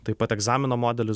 taip pat egzamino modelis